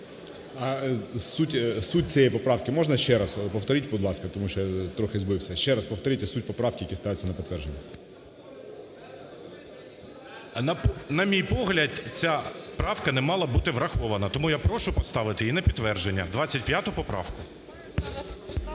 А суть цієї поправки можна ще раз, повторіть, будь ласка, тому що я трохи збився. Ще раз повторіть суть поправок, які ставляться на підтвердження. 11:42:36 АРТЮШЕНКО І.А. На мій погляд, ця правка не мала бути враховано, тому я прошу поставити її на підтвердження, 25 поправку.